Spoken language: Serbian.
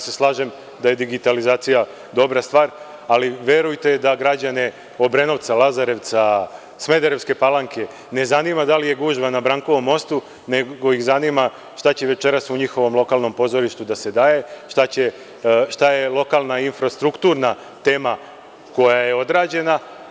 Slažem se da je digitalizacija dobra stvar, ali, verujte, da građane Obrenovca, Lazarevca, Smederevske Palanke ne zanima da li je gužva na Brankovom mostu, nego ih zanima šta će večeras u njihovom lokalnom pozorištu da se daje, šta je lokalna infrastrukturna tema koja je odrađena.